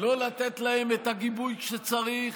לא לתת להם את הגיבוי כשצריך.